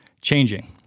changing